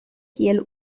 kiel